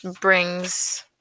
brings